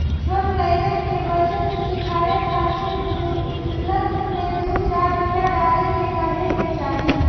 छोट लइकन के बचत सिखावे खातिर गुल्लक में दू चार रूपया डाले के कहे के चाही